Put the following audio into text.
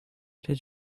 did